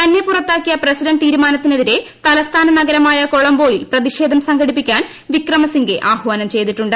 തന്നെ പുറത്താക്കിയ പ്രസിഡന്റ് തീരുമാനത്തിനെതിരെ തലസ്ഥാന നഗരമായ കൊളംബോയിൽ പ്രതിഷേധം സംഘടിപ്പിക്കാൻ വിക്രമസിംഗേ ആഹ്വാനം ചെയ്തിട്ടുണ്ട്